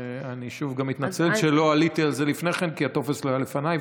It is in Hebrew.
ואני שוב גם מתנצל שלא עליתי על זה לפני כן כי הטופס לא היה לפניי.